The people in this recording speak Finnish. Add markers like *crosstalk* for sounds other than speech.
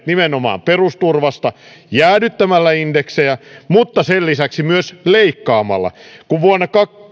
*unintelligible* nimenomaan perusturvasta jäädyttämällä indeksejä mutta sen lisäksi myös leikkaamalla kun